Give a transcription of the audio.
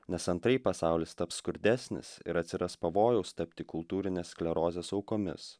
nes antraip pasaulis taps skurdesnis ir atsiras pavojaus tapti kultūrinės sklerozės aukomis